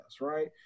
right